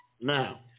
Now